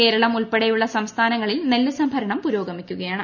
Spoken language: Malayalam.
കേരളം ഉൾപ്പെടെ ഉള്ള നഗ്രസ്മാനങ്ങളിൽ നെല്ലു സംഭരണം പുരോഗമിക്കുകയാണ്